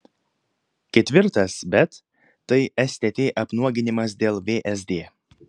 ketvirtas bet tai stt apnuoginimas dėl vsd